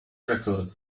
rattled